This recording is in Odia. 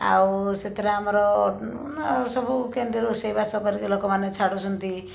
ଆଉ ସେଥିରେ ଆମର ସବୁ କେମିତି ରୋଷେଇ ବାସ କରିକି ଲୋକମାନେ ଛାଡ଼ୁଛନ୍ତି